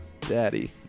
Daddy